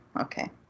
okay